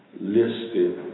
listed